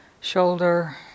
shoulder